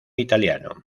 italiano